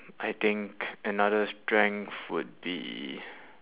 I think another strength would be